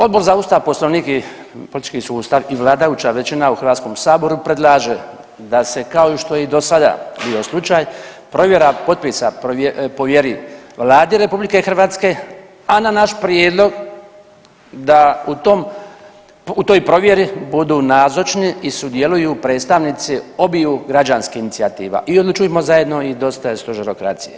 Odbor za ustav, poslovnik i politički sustav i vladajuća većina u HS predlaže da se kao što je i do sada bio slučaj provjera potpisa povjeri Vladi RH, a na naš prijedlog da u tom, u toj provjeri budu nazočni i sudjeluju predstavnici obiju građanskih inicijativa i „Odlučujmo zajedno“ i „Dosta je Stožerokracije“